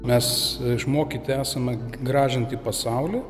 mes išmokyti esame gražinti pasaulį